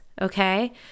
Okay